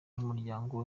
n’umuryango